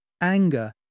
Anger